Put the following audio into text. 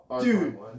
dude